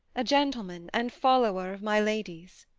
a gentleman and follower of my lady's.